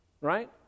Right